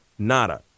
Nada